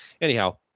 anyhow